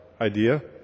idea